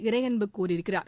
இறையன்பு கூறியிருக்கிறார்